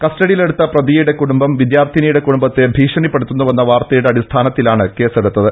കസ്റ്റഡിയിലെടുത്ത പ്രതിയുടെ കുടുംബം വിദ്യാർഥിനിയുടെ കുടുംബത്തെ ഭീഷണിപ്പെടുത്തുന്നുവെന്ന വാർത്തയുടെ അടിസ്ഥാനത്തിലാണ് കേസെടുത്തത്